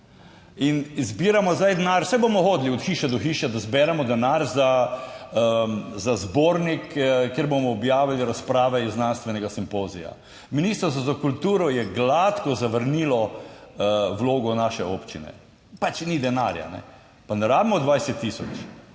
in zbiramo zdaj denar, saj bomo hodili od hiše do hiše, da zberemo denar za zbornik, kjer bomo objavili razprave iz znanstvenega simpozija. Ministrstvo za kulturo je gladko zavrnilo vlogo naše občine. Pač ni denarja, kajne. Pa ne rabimo 20 tisoč,